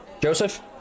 Joseph